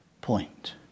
point